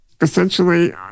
essentially